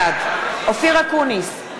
בעד אופיר אקוניס,